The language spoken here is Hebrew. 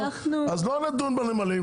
אז לא נדון בנמלים.